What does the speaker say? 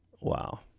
Wow